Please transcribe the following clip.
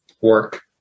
work